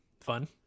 fun